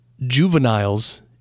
juveniles